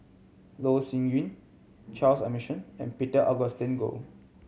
Loh Sin Yun Charles Emmerson and Peter Augustine Goh